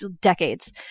decades